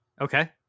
Okay